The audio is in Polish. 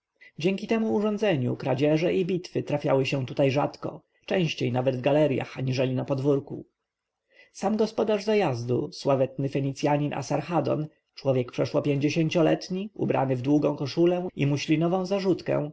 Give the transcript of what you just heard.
dzięki temu urządzeniu kradzieże i bitwy trafiały się tutaj rzadko częściej nawet w galerjach aniżeli na podwórku sam gospodarz zajazdu sławetny fenicjanin asarhadon człowiek przeszło pięćdziesięcioletni szpakowaty ubrany w długą koszulę i muślinową zarzutkę